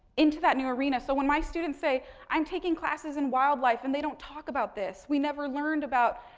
into that new arena. so, when my students say i'm taking classes in wildlife and they don't talk about this, we never learned about,